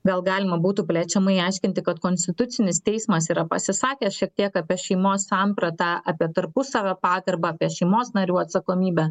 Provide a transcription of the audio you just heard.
gal galima būtų plečiamai aiškinti kad konstitucinis teismas yra pasisakęs šiek tiek apie šeimos sampratą apie tarpusavio pagarbą apie šeimos narių atsakomybę